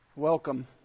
Welcome